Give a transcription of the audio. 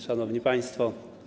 Szanowni Państwo!